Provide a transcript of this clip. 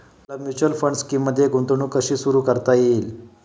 मला mutual fund स्कीममध्ये गुंतवणूक कशी सुरू करता येईल?